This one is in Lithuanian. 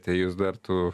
tai jūs dar tų